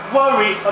worry